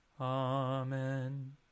Amen